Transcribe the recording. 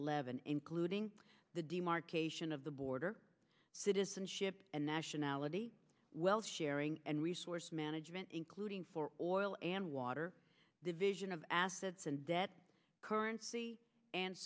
eleven including the demarcation of the border citizenship and nationality well sharing and resource management including for oil and water division of assets and debt currency and